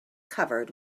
covered